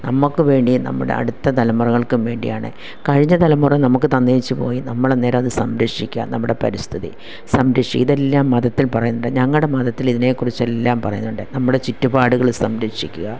നമ്മള്ക്ക് വേണ്ടിയും നമ്മുടെ അടുത്ത തലമുറകൾക്കും വേണ്ടിയാണ് കഴിഞ്ഞ തലമുറ നമുക്ക് തന്നേച്ചു പോയി നമ്മള് അന്നേരം അത് സംരക്ഷിക്കുക നമ്മുടെ പരിസ്ഥിതി സംരഷി ഇതെല്ലം മതത്തിൽ പറയുന്നുണ്ട് ഞങ്ങളുടെ മതത്തില് ഇതിനെക്കുറിച്ചെല്ലാം പറയുന്നുണ്ട് നമ്മുടെ ചുറ്റുപാടുകള് സംരക്ഷിക്കുക